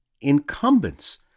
incumbents